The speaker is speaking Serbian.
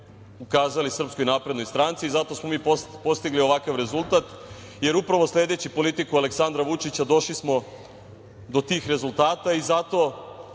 ukazali SNS, zato smo mi postigli ovakav rezultat jer upravo sledeći politiku Aleksandra Vučića došli smo do tih rezultata i zato